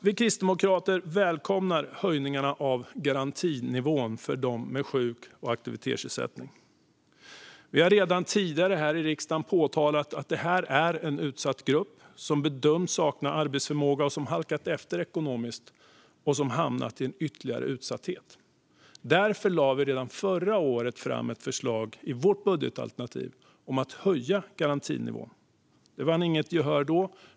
Vi kristdemokrater välkomnar höjningen av garantinivån för dem med sjuk och aktivitetsersättning. Vi har redan tidigare här i riksdagen påpekat att detta är en utsatt grupp som bedöms sakna arbetsförmåga och som halkat efter ekonomiskt och hamnat i ytterligare utsatthet. Därför lade vi redan förra året fram ett förslag i vårt budgetalternativ om att höja garantinivån. Det vann inte gehör då.